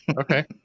Okay